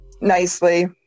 nicely